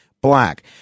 black